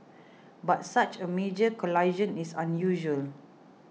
but such a major collision is unusual